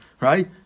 right